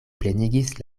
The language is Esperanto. plenigis